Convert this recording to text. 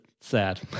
sad